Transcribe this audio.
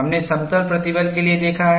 हमने समतल प्रतिबल के लिए देखा है